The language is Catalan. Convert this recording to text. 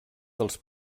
dels